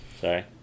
Sorry